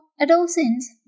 adolescents